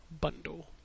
bundle